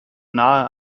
nahe